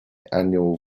annual